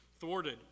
thwarted